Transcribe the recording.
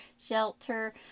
shelter